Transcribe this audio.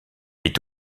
est